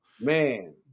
Man